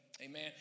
amen